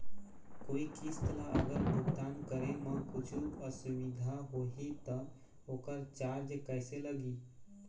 कोई किस्त ला अगर भुगतान करे म कुछू असुविधा होही त ओकर चार्ज कैसे लगी?